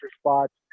spots